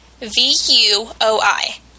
V-U-O-I